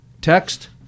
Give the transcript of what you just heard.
text